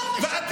אף